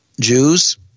Jews